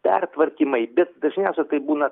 pertvarkymai bet dažniausia tai būna